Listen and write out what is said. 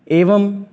एवं